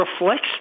Reflects